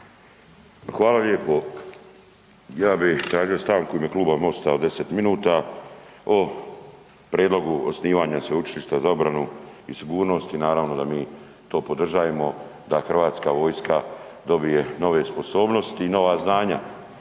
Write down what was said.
Hvala lijepo. Ja bi tražio stanku u ime Kluba MOST-a od 10 minuta o prijedlogu osnivanja Sveučilišta za obranu i sigurnost i naravno da mi to podržajemo da HV dobije nove sposobnosti i nova znanja.